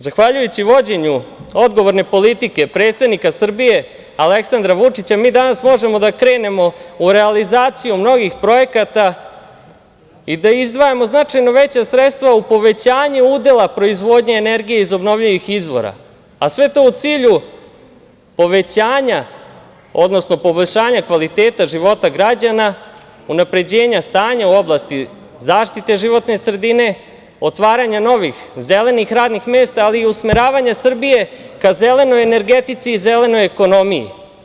Zahvaljujući vođenju odgovorne politike predsednika Srbije, Aleksandra Vučića, mi danas možemo da krenemo u realizaciju mnogih projekata i da izdvajamo značajno veća sredstva u povećanje udela proizvodnje energije iz obnovljivih izvora, a sve to u cilju povećanja, odnosno poboljšanja kvaliteta života građana, unapređenja stanja u oblasti zaštite životne sredine, otvaranja novih zelenih radnih mesta, ali i usmeravanje Srbije ka zelenoj energetici i zelenoj ekonomiji.